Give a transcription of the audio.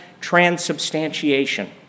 transubstantiation